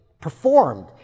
performed